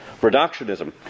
reductionism